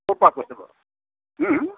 ক'ৰপৰা কৈছে বাৰু হু হু